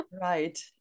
Right